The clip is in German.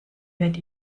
wird